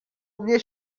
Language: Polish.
mnie